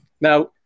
Now